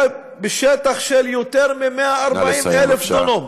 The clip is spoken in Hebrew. היה על שטח של יותר מ-140,000 דונם,